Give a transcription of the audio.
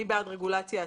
אני בעד רגולציה עצמית,